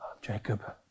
Jacob